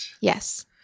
Yes